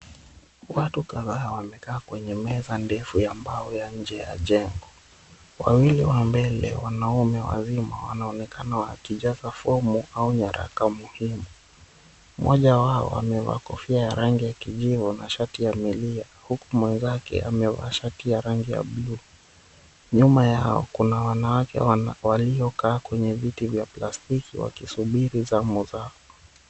Watu kadhaa wamekaa kwenye meza ndefu ya mbao ya nje ya jengo. Wawili wa mbele wanaume wazima wanaonekana wakijaza fomu au nyaraka muhimu. Mmoja wao amevaa kofia ya rangi ya kijivu na shati ya milia, huku mwenzake amevaa shati ya rangi ya bluu. Nyuma yao kuna wanawake waliokaa kwenye viti vya plastiki wakisubiri zamu zao.